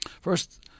First –